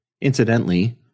Incidentally